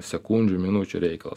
sekundžių minučių reikalas